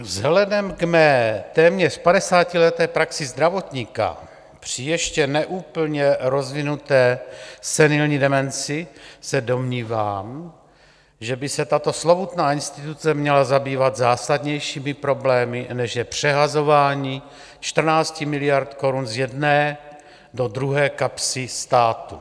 Vzhledem k mé téměř padesátileté praxi zdravotníka při ještě ne úplně rozvinuté senilní demenci se domnívám, že by se tato slovutná instituce měla zabývat zásadnějšími problémy, než je přehazování 14 miliard korun z jedné do druhé kapsy státu.